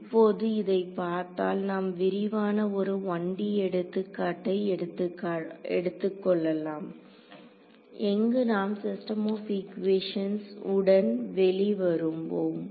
இப்போது இதை பார்த்தால் நாம் விரிவான ஒரு 1D எடுத்துக்காட்டை எடுத்துக்கொள்ளலாம் எங்கு நாம் சிஸ்டம் ஆப் ஈக்குவேஷன்ஸ் உடன் வெளி வருவோம்